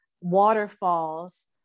waterfalls